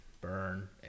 burn